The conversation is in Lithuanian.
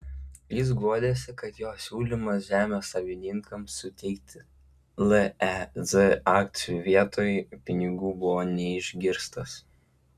jis guodėsi kad jo siūlymas žemės savininkams suteikti lez akcijų vietoj pinigų buvo neišgirstas